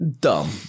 dumb